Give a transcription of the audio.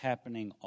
Happening